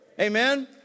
Amen